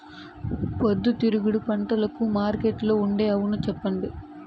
పొద్దుతిరుగుడు పంటకు మార్కెట్లో ఉండే అవును చెప్పండి?